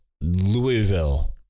Louisville